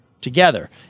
together